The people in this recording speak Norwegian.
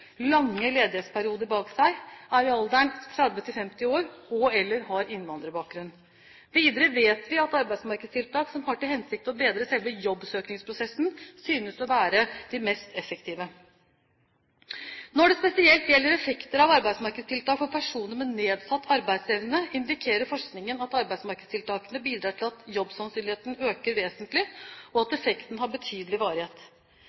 lange ledighetsperioder bak seg, er i alderen 30–50 år og/eller har innvandrerbakgrunn. Videre vet vi at arbeidsmarkedstiltak som har til hensikt å bedre selve jobbsøkingsprosessen, synes å være de mest effektive. Når det spesielt gjelder effekter av arbeidsmarkedstiltak for personer med nedsatt arbeidsevne, indikerer forskningen at arbeidsmarkedstiltakene bidrar til at jobbsannsynligheten øker vesentlig, og at effekten har betydelig varighet.